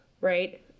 right